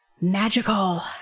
magical